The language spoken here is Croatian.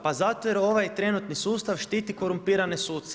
Pa zato jer ovaj trenutni sustav, štiti korumpirane suce.